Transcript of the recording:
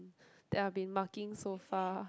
that I been marking so far